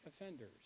offenders